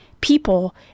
people